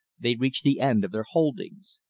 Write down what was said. they reached the end of their holdings.